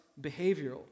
behavioral